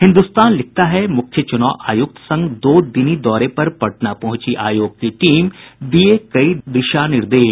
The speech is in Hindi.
हिन्दुस्तान लिखता है मुख्य चुनाव आयुक्त संग दो दिनी दौरे पर पटना पहुंची आयोग की टीम दिये कई दिशा निर्देश